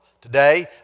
Today